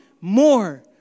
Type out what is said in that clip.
More